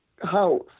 house